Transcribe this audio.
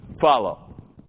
follow